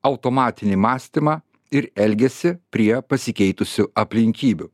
automatinį mąstymą ir elgesį prie pasikeitusių aplinkybių